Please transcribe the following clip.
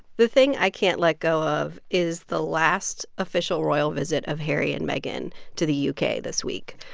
the thing i can't let go of is the last official royal visit of harry and meghan to the u k. this week.